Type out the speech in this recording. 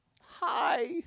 Hi